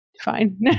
fine